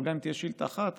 אבל גם אם תהיה שאילתה אחת.